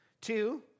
Two